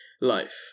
Life